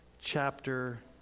chapter